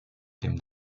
dem